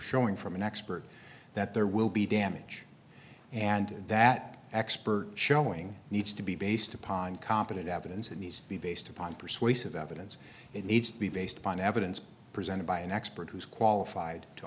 showing from an expert that there will be damage and that expert showing needs to be based upon competent evidence and these be based upon persuasive evidence it needs to be based upon evidence presented by an expert who is qualified to